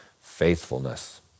faithfulness